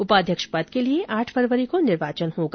उपाध्यक्ष पद के लिए आठ फरवरी को निर्वाचन होगा